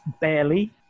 Barely